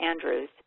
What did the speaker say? Andrews